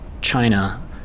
China